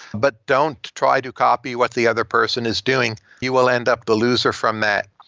but don't try to copy what the other person is doing, you will end up the loser from that.